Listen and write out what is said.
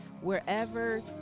Wherever